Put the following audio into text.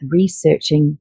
researching